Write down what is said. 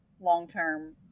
long-term